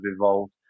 evolved